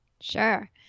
Sure